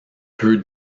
peu